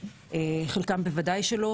חלקם בוודאי שלא,